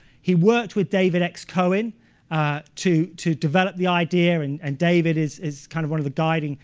he worked with david x. cohen to to develop the idea. and and david is is kind of one of the guiding